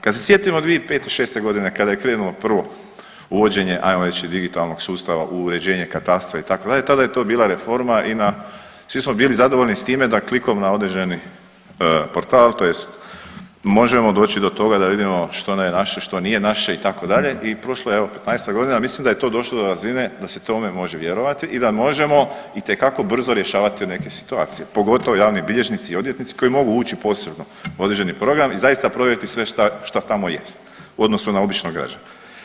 Kad se sjedimo 2005., šeste godine kada je krenulo prvo uvođenje, ajmo reći digitalnog sustava u uređenje katastra itd. tada je to bila reforma i na svi smo bili zadovoljni s time da klikom na određeni portal tj. možemo doći do toga da vidimo što je naše što nije naše itd. i prošlo je evo 15-ak godina, a mislim da je to došlo do razine da se tome može vjerovati i da možemo itekako brzo rješavati neke situacije, pogotovo javni bilježnici, odvjetnici koji mogu ući posebno u određeni program i zaista provjeriti sve šta tamo jest u odnosu na običnog građanina.